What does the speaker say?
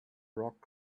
rock